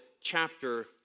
chapter